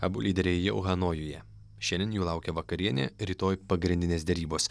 abu lyderiai jau hanojuje šiandien jų laukia vakarienė rytoj pagrindinės derybos